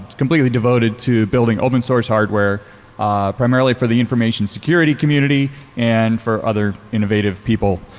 completely devoted to building open source hardware primarily for the information security community and for other innovative people.